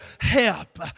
help